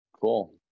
cool